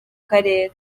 karere